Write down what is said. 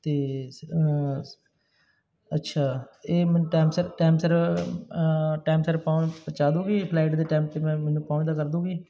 ਅਤੇ ਅੱਛਾ ਇਹ ਮੈਨੂੰ ਟਾਈਮ ਸਿਰ ਟਾਈਮ ਸਿਰ ਟਾਈਮ ਸਿਰ ਪਹੁੰਚ ਪਹੁੰਚਾਦੂਗੀ ਫਲਾਈਟ ਦੇ ਟਾਈਮ 'ਤੇ ਮੈਂ ਮੈਨੂੰ ਪਹੁੰਚਦਾ ਕਰ ਦਊਗੀ